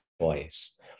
choice